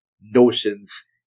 notions